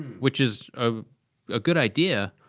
which is ah a good idea.